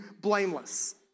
blameless